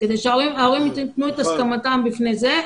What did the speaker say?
כדי שההורים יתנו את הסכמתם בפני זה,